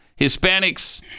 Hispanics